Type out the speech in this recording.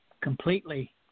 completely